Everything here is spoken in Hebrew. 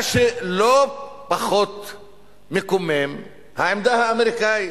מה שלא פחות מקומם, העמדה האמריקנית.